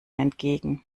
entgegen